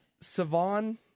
Savon